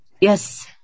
Yes